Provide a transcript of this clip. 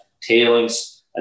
tailings